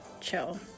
Chill